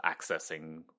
accessing